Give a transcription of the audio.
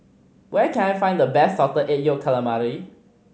where can I find the best Salted Egg Yolk Calamari